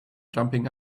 jumping